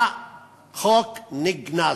החוק נגנז,